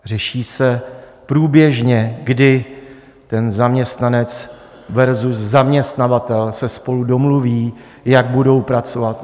Řeší se průběžně, kdy ten zaměstnanec versus zaměstnavatel se spolu domluví, jak budou pracovat.